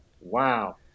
wow